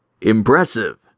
Impressive